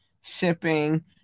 shipping